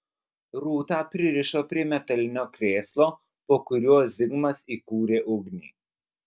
rūtą pririšo prie metalinio krėslo po kuriuo zigmas įkūrė ugnį